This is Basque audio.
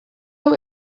hau